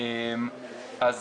אז